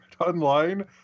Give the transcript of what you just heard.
online